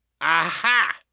Aha